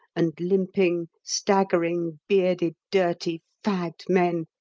and limping, staggering, bearded, dirty, fagged men,